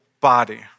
body